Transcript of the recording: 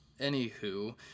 Anywho